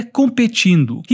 competindo